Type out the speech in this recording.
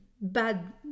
bad